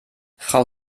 frau